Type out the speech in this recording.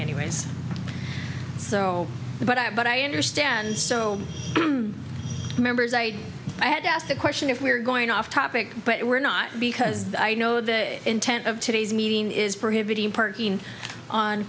anyways so but i but i understand so members i had to ask the question if we're going off topic but we're not because i know the intent of today's meeting is prohibiting parking on